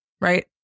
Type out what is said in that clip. Right